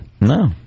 No